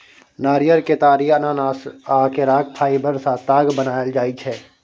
नारियर, केतारी, अनानास आ केराक फाइबर सँ ताग बनाएल जाइ छै